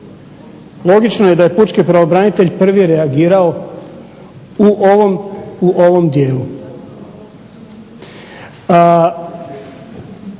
Logično je da je pučki pravobranitelj prvi reagirao u ovom dijelu.